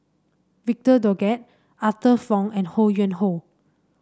Victor Doggett Arthur Fong and Ho Yuen Hoe